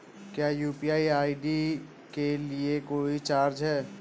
क्या UPI ID के लिए कोई चार्ज है?